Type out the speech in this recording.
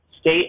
state